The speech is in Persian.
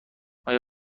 آیا